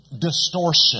distortion